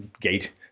gate